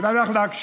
כדאי לך להקשיב.